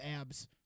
abs